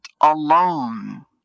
alone